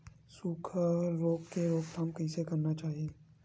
सुखा रोग के रोकथाम कइसे करना चाही?